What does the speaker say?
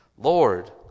Lord